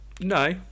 No